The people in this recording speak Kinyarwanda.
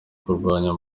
kurwanya